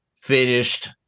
finished